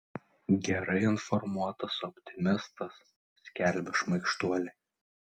gerai informuotas optimistas skelbia šmaikštuoliai